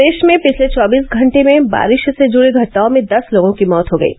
प्रदेश में पिछले चौबीस घंटे में बारिश से जुड़ी घटनाओं में दस लोगों की मौत हो गई हैं